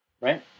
right